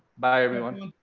bye, everyone.